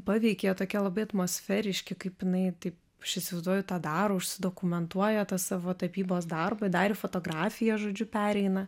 paveikė tokie labai atmosferiški kaip jinai taip aš įsivaizduoju tą daro užsidokumentuoja tą savo tapybos darbą dar fotografiją žodžiu pereina